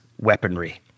weaponry